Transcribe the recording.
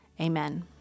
Amen